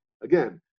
Again